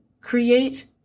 create